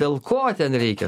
dėl ko ten reikia